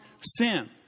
sin